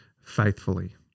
faithfully